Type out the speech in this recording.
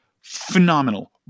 Phenomenal